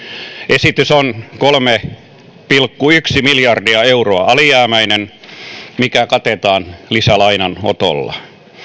esitys on kolme pilkku yksi miljardia euroa alijäämäinen mikä katetaan lisälainanotolla